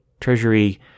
treasury